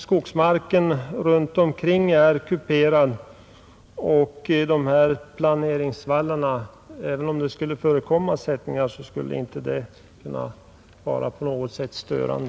Skogsmarken runt omkring är kuperad, och även om det skulle förekomma sättningar skulle de inte vara på något sätt störande.